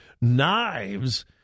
knives